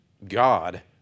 God